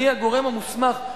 מי הגורם המוסמך?